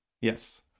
Yes